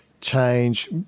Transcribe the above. change